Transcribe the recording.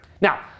Now